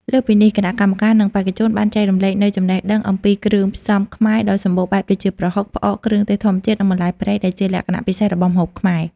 លើសពីនេះ គណៈកម្មការ និងបេក្ខជនបានចែករំលែកនូវចំណេះដឹងអំពីគ្រឿងផ្សំខ្មែរដ៏សម្បូរបែប ដូចជា ប្រហុក ផ្អក គ្រឿងទេសធម្មជាតិ និងបន្លែព្រៃដែលជាលក្ខណៈពិសេសរបស់ម្ហូបខ្មែរ។